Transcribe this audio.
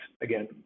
again